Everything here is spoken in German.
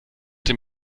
dem